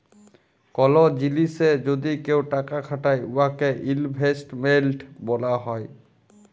call জিলিসে যদি কেউ টাকা খাটায় উয়াকে ইলভেস্টমেল্ট ব্যলা হ্যয়